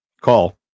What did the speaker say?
call